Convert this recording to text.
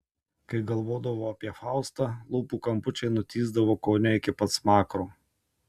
kai galvodavau apie faustą lūpų kampučiai nutįsdavo kone iki pat smakro